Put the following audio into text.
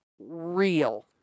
real